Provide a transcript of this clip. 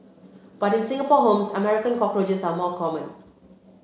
but in Singapore homes American cockroaches are more common